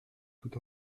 tout